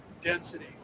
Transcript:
density